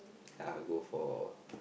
ya go for